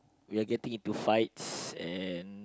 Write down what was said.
we are getting into fights and